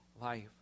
life